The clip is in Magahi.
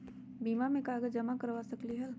बीमा में कागज जमाकर करवा सकलीहल?